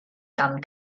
gan